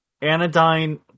Anodyne